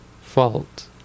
fault